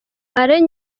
alain